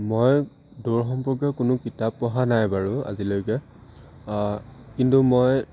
মই দৌৰ সম্পৰ্কীয় কোনো কিতাপ পঢ়া নাই বাৰু আজিলৈকে কিন্তু মই